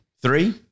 three